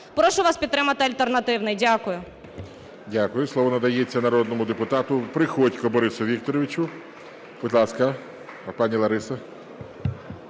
Прошу вас підтримати альтернативний. Дякую. ГОЛОВУЮЧИЙ. Слово надається народному депутату Приходьку Борису Вікторовичу. Будь ласка, пані Лариса,